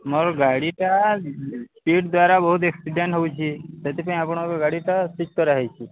ମୋର ଗାଡ଼ିଟା ସ୍ପିଡ୍ ଦ୍ୱାରା ବହୁତ ଆକ୍ସିଡେଣ୍ଟ୍ ହେଉଛି ସେଥିପାଇଁ ଆପଣଙ୍କ ଗାଡ଼ିଟା ସିଜ୍ କରାହୋଇଛି